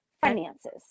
finances